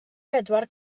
bedwar